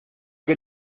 que